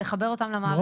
לחבר אותם למערכת?